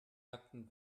hatten